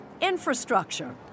infrastructure